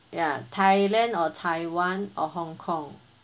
ya thailand or taiwan or hong kong